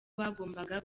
bagombaga